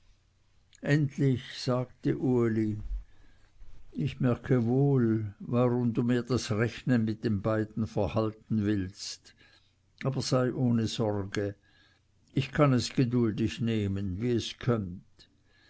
endlich sagte uli ich merke wohl warum du mir das rechnen mit den beiden verhalten willst aber sei ohne sorge ich kann es geduldig nehmen wie es kömmt